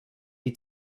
die